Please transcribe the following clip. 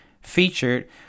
featured